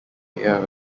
heir